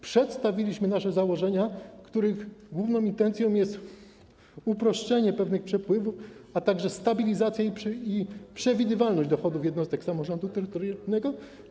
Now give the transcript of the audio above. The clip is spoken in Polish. Przedstawiliśmy nasze założenia, których główną intencją jest uproszczenie pewnych przepływów, a także stabilizacja i przewidywalność dochodów jednostek samorządu terytorialnego.